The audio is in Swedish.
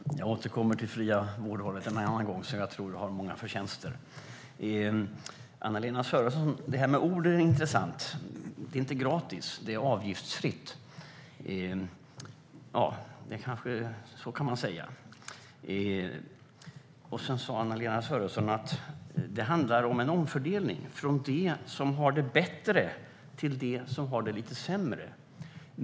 Herr talman! Jag kommer att återkomma till det fria vårdvalet en annan gång. Jag tror att det har många förtjänster. Det här med ord är intressant. Anna-Lena Sörenson sa att det inte är gratis; det är avgiftsfritt. Så kan man kanske säga. Anna-Lena Sörenson sa också att det handlar om en omfördelning "från de som har det lite bättre till de som har det sämre".